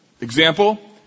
Example